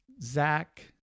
Zach